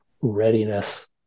readiness